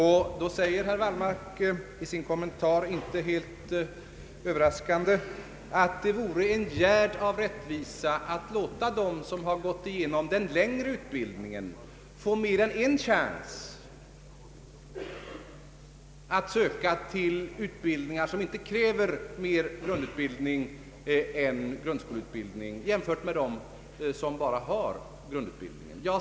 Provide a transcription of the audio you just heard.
Herr Wallmark säger i sin kommentar, inte helt överraskande, att det vore en gärd av rättvisa att låta dem som gått igenom den längre utbildningen får mer än en chans att — i konkurrens med den som endast har grundskoleutbildning — söka till utbildningar som inte kräver mer grundutbildning än grundskola.